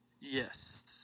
Yes